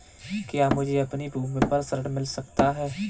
क्या मुझे अपनी भूमि पर ऋण मिल सकता है?